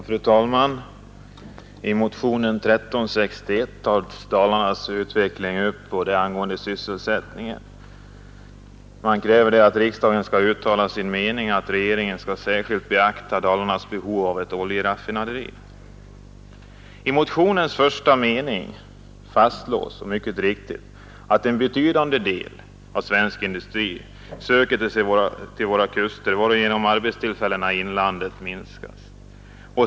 Fru talman! I motionen 1361 tar man upp Dalarnas utveckling i fråga om syssselsättningen och kräver att riksdagen skall uttala som sin mening att regeringen skall särskilt beakta Dalarnas behov av ett oljeraffinaderi. I motionens första mening fastslås — och mycket riktigt — att en betydande del av svensk industri söker sig till våra kuster, varigenom arbetstillfällena i inlandet minskas.